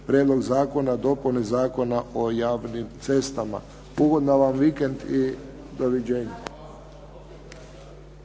Prijedlog zakona o dopune Zakona o javnim cestama. Ugodan vam vikend i doviđenja.